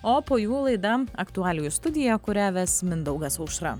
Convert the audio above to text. o po jų laida aktualijų studija kurią ves mindaugas aušra